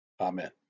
amen